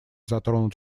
затронут